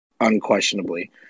unquestionably